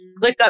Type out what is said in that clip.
ClickUp